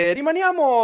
rimaniamo